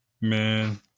Man